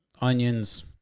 onions